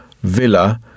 villa